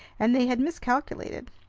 and they had miscalculated.